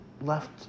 left